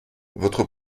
votre